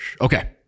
Okay